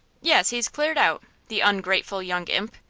yes he's cleared out, the ungrateful young imp!